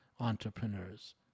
entrepreneurs